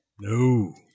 No